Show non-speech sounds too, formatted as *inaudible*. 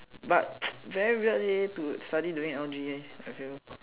but *noise* very weird leh to study during L_G I feel